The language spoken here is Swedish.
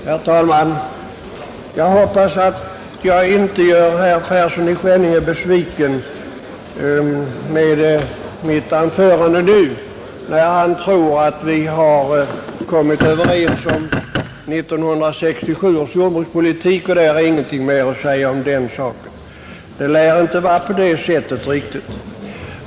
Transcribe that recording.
Herr talman! Jag hoppas att jag inte gör herr Persson i Skänninge besviken med mitt anförande nu, när han tror att vi har kommit överens om 1967 års jordbrukspolitik och att ingenting mer är att säga om den saken. Det lär inte vara riktigt på det sättet.